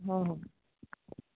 ହ ହଉ